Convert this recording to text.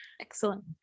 excellent